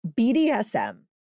BDSM